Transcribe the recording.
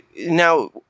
now